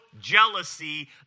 jealousy